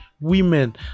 women